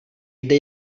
jde